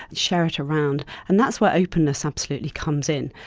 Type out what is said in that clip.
and share it around, and that's where openness absolutely comes in.